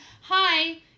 hi